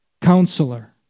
Counselor